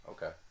Okay